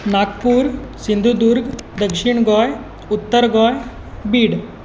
नागपूर सिंधुदुर्ग दक्षीण गोंय उत्तर गोंय भीड